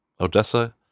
Odessa